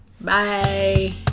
Bye